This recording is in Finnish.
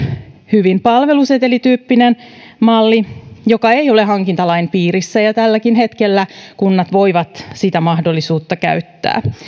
hyvin palvelusetelityyppinen malli joka ei ole hankintalain piirissä ja tälläkin hetkellä kunnat voivat sitä mahdollisuutta käyttää